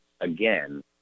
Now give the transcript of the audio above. again